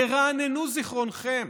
תרעננו את זיכרונכם,